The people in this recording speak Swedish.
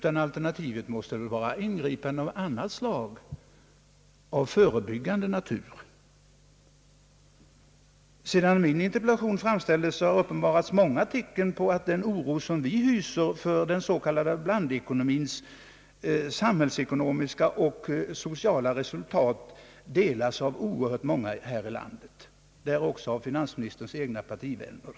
Alternativet måste vara ingripande av annat slag — av förebyggande natur. Sedan min interpellation framställdes har många tecken uppenbarats på att den oro som vi hyser för den s.k. blandekonomiens samhällsekonomiska och sociala resultat delas av oerhört många här i landet, bl.a. av många av finansministerns egna partivänner.